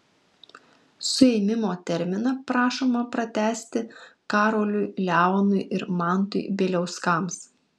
suėmimo terminą prašoma pratęsti karoliui leonui ir mantui bieliauskams